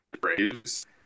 Braves